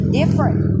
different